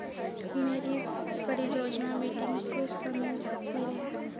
मेरी परियोजना मीटिंग कुस समें सिर ऐ